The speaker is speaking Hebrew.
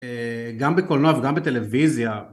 גם בקולנוע וגם בטלוויזיה.